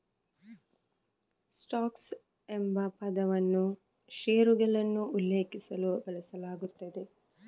stocks ಎಂಬ ಪದವನ್ನು ಷೇರುಗಳನ್ನು ಉಲ್ಲೇಖಿಸಲು ಬಳಸಲಾಗುತ್ತದೆ